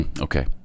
Okay